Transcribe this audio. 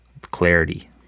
clarity